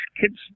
kids